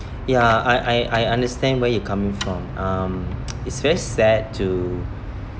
ya I I I understand where you're coming from um it's very sad to